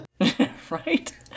Right